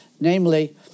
Namely